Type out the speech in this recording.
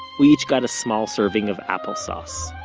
we each got a small serving of applesauce.